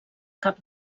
cap